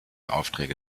aufträge